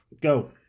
Go